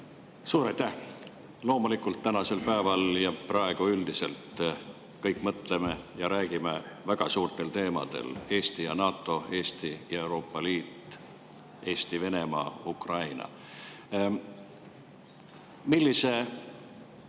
Suur aitäh! Loomulikult, tänasel päeval ja praegu üldiselt me kõik mõtleme ja räägime väga suurtel teemadel: Eesti ja NATO, Eesti ja Euroopa Liit, Eesti, Venemaa, Ukraina. Millist